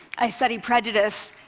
i study prejudice,